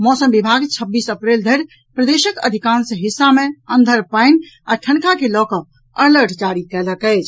मौसम विभाग छब्बीस अप्रैल धरि प्रदेशक अधिकांश हिस्सा मे अन्धर पानि आ ठनका के लऽ कऽ अलर्ट जारी कयलक अछि